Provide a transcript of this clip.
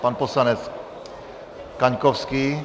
Pan poslanec Kaňkovský.